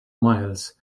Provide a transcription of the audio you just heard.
miles